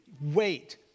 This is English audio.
wait